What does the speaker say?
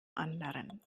anderen